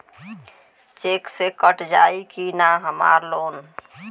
Check से कट जाई की ना हमार लोन?